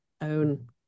own